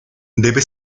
debe